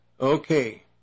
Okay